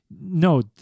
No